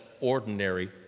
ordinary